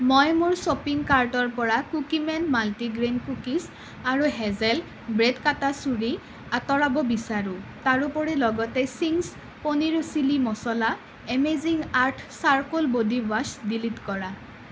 মই মোৰ শ্বপিং কাৰ্টৰ পৰা কুকিমেন মাল্টিগ্ৰেইন কুকিজ আৰু হেজেল ব্ৰেড কটা চুৰী আঁতৰাব বিচাৰোঁ তাৰোপৰি লগতে Ching's paneer chilli masala amazing earth charcoal body wash delete কৰা